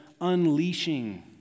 unleashing